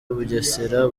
bugesera